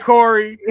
Corey